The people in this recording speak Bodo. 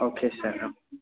अके सार औ